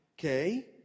okay